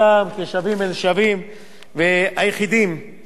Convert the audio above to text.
והיחידים שתחול עליהם קופה ציבורית הם